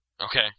Okay